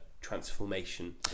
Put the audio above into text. transformation